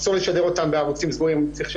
צריך לשדר אותם בערוצים פתוחים,